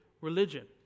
religion